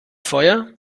feuer